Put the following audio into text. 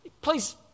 Please